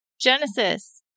Genesis